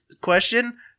question